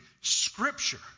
scripture